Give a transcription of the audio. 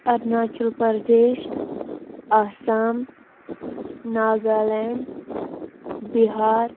Arunachal Pradesh Assam Nagaland Bihar